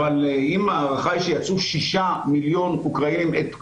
אם ההערכה היא שיצאו שישה מיליון אוקראינים את אוקראינה,